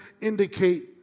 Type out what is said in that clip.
indicate